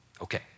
Okay